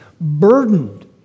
burdened